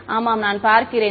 ஆமாம் நான் பார்க்கிறேன்